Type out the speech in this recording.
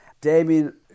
Damien